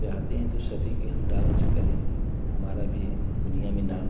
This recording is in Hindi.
चाहते हैं तो सभी की हम डांस करें हमारा भी दुनिया में नाम